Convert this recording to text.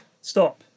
Stop